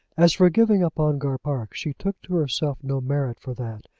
as for giving up ongar park, she took to herself no merit for that.